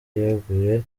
yeguye